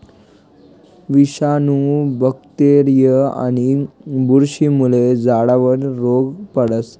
विषाणू, बॅक्टेरीया आणि बुरशीमुळे झाडावर रोग पडस